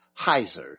Heiser